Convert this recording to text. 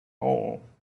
hole